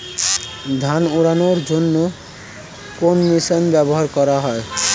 ধান উড়ানোর জন্য কোন মেশিন ব্যবহার করা হয়?